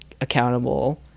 accountable